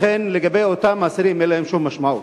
לכן לגבי אותם אסירים אין להם שום משמעות.